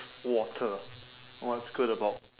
water what's good about